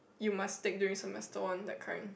you must take during semester one that kind